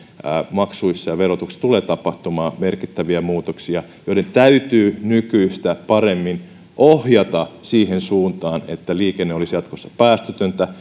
maksuissa ja verotuksessa tulee tapahtumaan merkittäviä muutoksia joiden täytyy nykyistä paremmin ohjata siihen suuntaan että liikenne olisi jatkossa päästötöntä